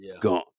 Gone